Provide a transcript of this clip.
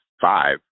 five